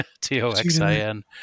T-O-X-I-N